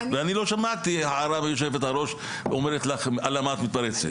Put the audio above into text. ואני לא שמעתי הערה מיושבת הראש שאומרת לך למה את מתפרצת.